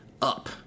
Up